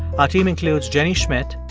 our team includes jenny schmidt,